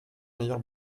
meilleur